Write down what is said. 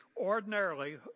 Ordinarily